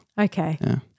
Okay